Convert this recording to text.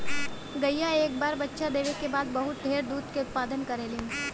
गईया एक बार बच्चा देवे क बाद बहुत ढेर दूध के उत्पदान करेलीन